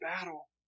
battle